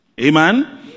Amen